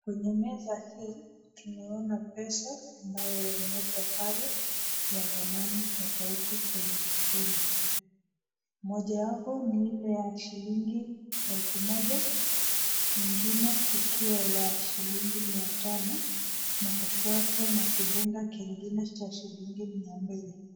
Kwenye meza hii tumeona pesa ambayo yamewekwa pale ya dhamani tofauti kwenye kikundi. Mojawapo ni ile ya shilingi elfu moja ingine ikiwa ni ya shilingi mia tano na kufuata na kibunda kingine cha shilingi mia mbili.